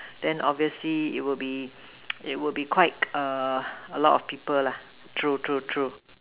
then obviously it will be it will be quite a a lot of people lah true true true